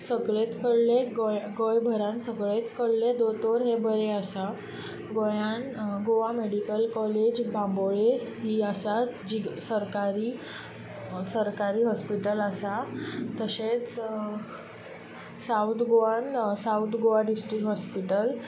सगळे कडले गोंय भरांत सगळे कडले दोतोर हे बरे आसात गोंयांत गोवा मेडिकल कॉलेज बांबोळे ही जी आसा ती सरकारी हॉस्पिटल आसा तशेंच सावथ गोवान सावथ गोवा डिस्ट्रिक्ट हॉस्पिटल